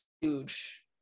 huge